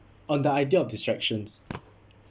on the idea of distractions